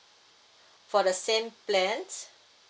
for the same plans